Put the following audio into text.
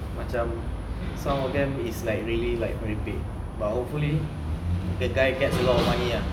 macam some of them is like really like very big but hopefully the guy gets a lot of money ah